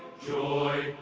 joy,